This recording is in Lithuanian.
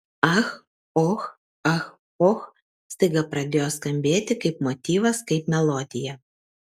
ach och ach och staiga pradėjo skambėti kaip motyvas kaip melodija